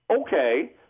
okay